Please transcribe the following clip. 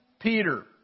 Peter